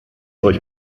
euch